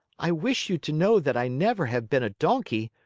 i wish you to know that i never have been a donkey,